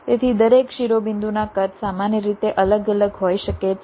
તેથી દરેક શિરોબિંદુના કદ સામાન્ય રીતે અલગ અલગ હોઈ શકે છે